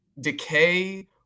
decay